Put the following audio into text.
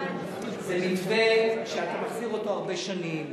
זה מתווה שאתה מחזיר אותו הרבה שנים.